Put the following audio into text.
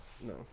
No